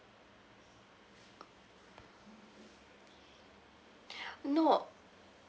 no